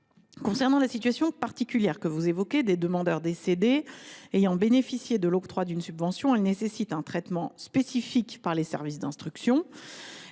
Concernant la situation particulière que vous évoquez des demandeurs décédés ayant bénéficié de l’octroi d’une subvention, elle nécessite un traitement spécifique par les services d’instruction.